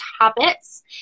habits